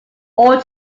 all